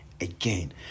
again